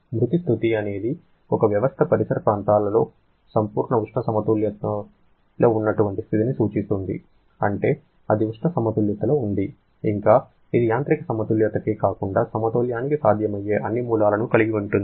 మృత స్థితి అనేది ఒక వ్యవస్థ పరిసర ప్రాంతాలతో సంపూర్ణ ఉష్ణ సమతౌల్యంలో ఉన్నటువంటి స్థితిని సూచిస్తుంది అంటే అది ఉష్ణ సమతుల్యతలో ఉంది ఇంకా ఇది యాంత్రిక సమతుల్యతకే కాకుండా సమతౌల్యానికి సాధ్యమయ్యే అన్ని మూలాలు కలిగి ఉంటుంది